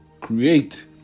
create